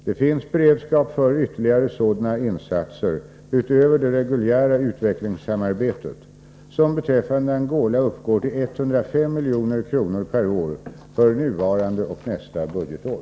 Det finns beredskap för ytterligare sådana insatser, utöver det reguljära utvecklingssamarbetet, som beträffande Angola uppgår till 105 milj.kr. per år för nuvarande och nästa budgetår.